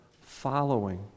following